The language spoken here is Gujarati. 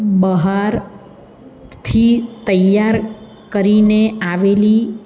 બહારથી તૈયાર કરીને આવેલી